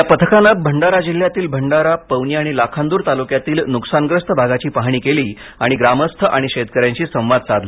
या पथकाने भंडारा जिल्ह्यातील भंडारा पवनी आणि लाखांदूर तालुक्यातील नुकसानग्रस्त भागाची पाहणी केली आणि ग्रामस्थ आणि शेतकऱ्यांशी संवाद साधला